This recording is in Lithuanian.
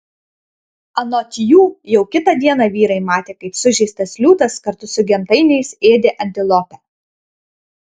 anot jų jau kitą dieną vyrai matė kaip sužeistas liūtas kartu su gentainiais ėdė antilopę